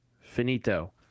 Finito